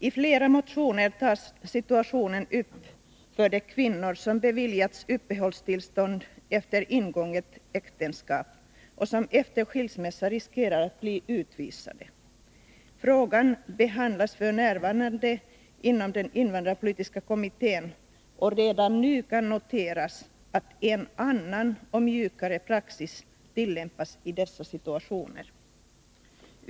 I flera motioner tas situationen upp för de kvinnor som beviljats uppehållstillstånd efter ingånget äktenskap och som efter skilsmässa riskerar att bli utvisade. Frågan behandlas f.n. inom den invandrarpolitiska kommittén, och redan nu kan noteras att en annan och mjukare praxis tillämpas i dessa situationer.